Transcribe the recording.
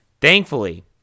Thankfully